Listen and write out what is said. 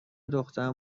دخترم